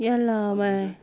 ya lah why